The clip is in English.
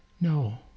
No